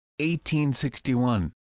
1861